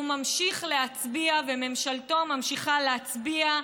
הוא ממשיך להצביע, וממשלתו ממשיכה להצביע,